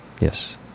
Yes